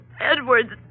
Edwards